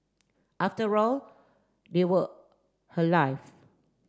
after all they were her life